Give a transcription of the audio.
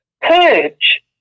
purge